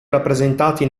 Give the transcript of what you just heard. rappresentati